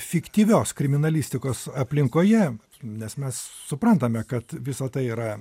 fiktyvios kriminalistikos aplinkoje nes mes suprantame kad visa tai yra